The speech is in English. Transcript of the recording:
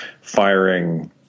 firing